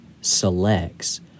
selects